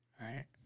right